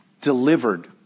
delivered